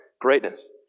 greatness